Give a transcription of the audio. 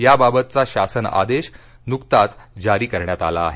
याबाबतचा शासन आदेश नुकताच जारी करण्यात आला आहे